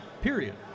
Period